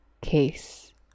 case